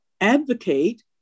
advocate